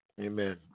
Amen